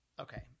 Okay